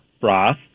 Broth